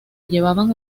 llevaban